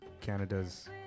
Canada's